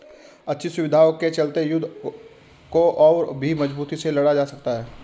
अच्छी सुविधाओं के चलते युद्ध को और भी मजबूती से लड़ा जा सकता था